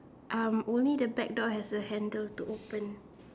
um only the back door has a handle to open